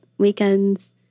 weekends